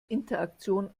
interaktion